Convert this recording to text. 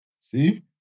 See